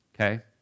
Okay